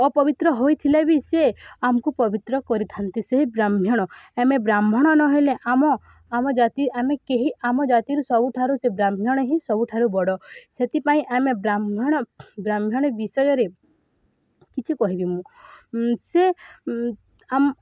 ଅପବିତ୍ର ହୋଇଥିଲେ ବି ସେ ଆମକୁ ପବିତ୍ର କରିଥାନ୍ତି ସେ ବ୍ରାହ୍ମଣ ଆମେ ବ୍ରାହ୍ମଣ ନହେଲେ ଆମ ଆମ ଜାତି ଆମେ କେହି ଆମ ଜାତିରୁ ସବୁଠାରୁ ସେ ବ୍ରାହ୍ମଣ ହିଁ ସବୁଠାରୁ ବଡ଼ ସେଥିପାଇଁ ଆମେ ବ୍ରାହ୍ମଣ ବ୍ରାହ୍ମଣ ବିଷୟରେ କିଛି କହିବି ମୁଁ ସେ ଆମ